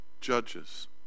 judges